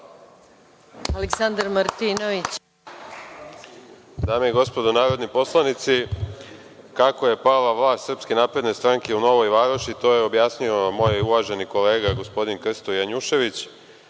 **Aleksandar Martinović** Dame i gospodo narodni poslanici, kako je pala vlast SNS u Novoj Varoši to je objasnio moj uvaženi kolega, gospodin Krsto Janjušević,